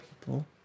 people